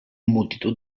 multitud